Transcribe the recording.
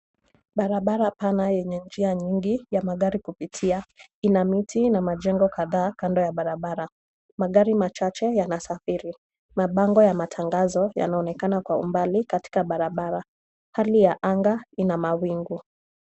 Barabara pana yenye njia nyingi ya magari kupitia. Ina miti na majengo kadhaa kando ya barabara. Magari machache yanasafiri. Mabanda ya matangazo yanaonekana kwa umbali katika barabara. Hali ya anga ina mawingu.